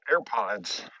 AirPods